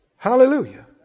Hallelujah